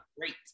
great